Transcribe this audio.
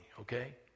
okay